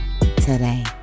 today